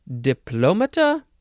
Diplomata